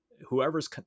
whoever's